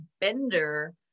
Bender